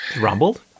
rumbled